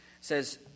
says